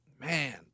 man